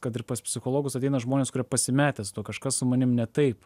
kad ir pas psichologus ateina žmonės kurie pasimetę su tuo kažkas su manim ne taip